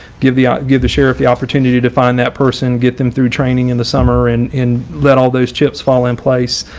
give the ah give the sheriff the opportunity to find that person, get them through training in the summer and let all those chips fall in place.